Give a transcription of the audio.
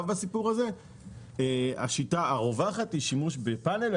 בסיפור הזה והשיטה הרווחת היא שימוש בפאנל.